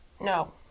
No